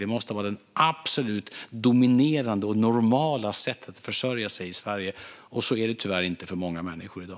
Det måste vara det absolut dominerande och normala sättet att försörja sig i Sverige, och så är det tyvärr inte för många människor i dag.